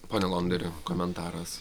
pone alonderi komentaras